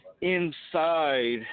inside